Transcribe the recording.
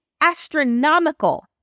astronomical